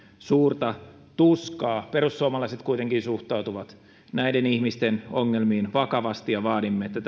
suurta tuskaa perussuomalaiset kuitenkin suhtautuvat näiden ihmisten ongelmiin vakavasti ja vaadimme että